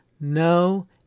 No